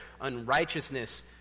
unrighteousness